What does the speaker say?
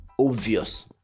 obvious